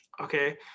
okay